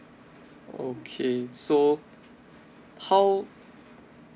okay so how